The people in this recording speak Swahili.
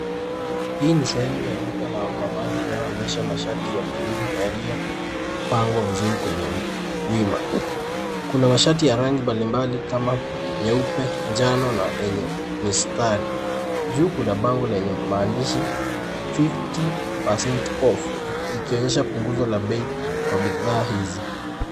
Hii ni sehemu ya duka la mavazi inayoonyesha mashati ya kiume yaliyopangwa vizuri kwenye wima. Kuna mashati ya rangi mbalimbali kama nyeupe, njano na yenye mistari. Juu kuna bango lenye maandishi fifty percent off ikionyesha punguzo la bei kwa bidhaa hizi.